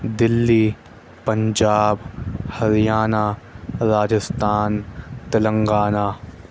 Delhi Punjab Haryana Rajasthan Telangana